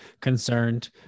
concerned